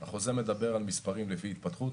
החוזה מדבר על מספרים לפי התפתחות,